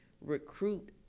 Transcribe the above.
recruit